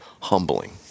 humbling